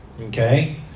Okay